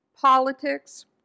politics